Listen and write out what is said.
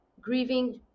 grieving